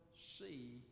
see